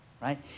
right